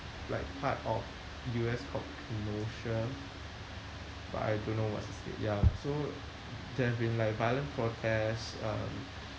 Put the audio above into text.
like part of U_S called kenosha but I don't know what's the state ya so there have been like violent protests um